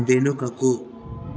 వెనుకకు